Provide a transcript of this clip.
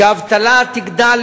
שהאבטלה תגדל,